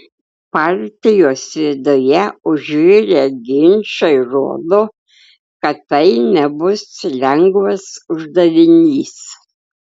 partijos viduje užvirę ginčai rodo kad tai nebus lengvas uždavinys